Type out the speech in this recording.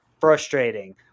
frustrating